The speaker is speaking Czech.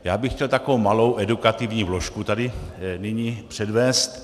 Já bych chtěl takovou malou edukativní vložku tady nyní předvést.